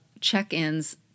check-ins